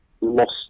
lost